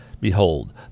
Behold